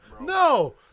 No